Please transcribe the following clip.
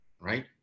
right